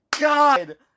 god